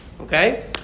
Okay